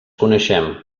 coneixem